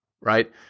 right